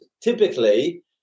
typically